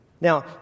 Now